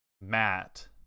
matt